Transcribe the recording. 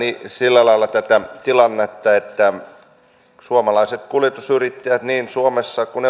sillä lailla tätä tilannetta että suomalaiset kuljetusyrittäjät niin suomessa kuin